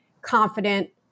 confident